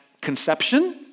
conception